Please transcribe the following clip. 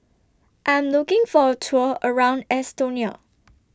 I'm looking For A Tour around Estonia